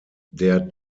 der